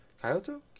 Kyoto